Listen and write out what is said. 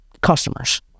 customers